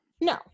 No